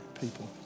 people